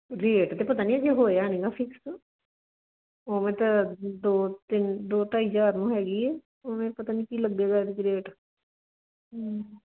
rate ਤਾਂ ਪਤਾ ਨਹੀਂ ਅਜੇ ਹੋਇਆ ਨਹੀਂ ਨਾ ਫਿਕਸ ਉਵੇਂ ਤਾਂ ਦੋ ਤਿੰਨ ਦੋ ਢਾਈ ਹਜ਼ਾਰ ਨੂੰ ਹੈਗੀ ਹੈ ਉਵੇਂ ਪਤਾ ਨਹੀਂ ਕੀ ਲੱਗੇਗਾ ਐਤਕੀਂ ਰੇਟ